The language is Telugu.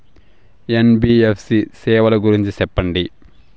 ఎన్.బి.ఎఫ్.సి సేవల గురించి సెప్పండి?